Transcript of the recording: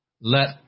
Let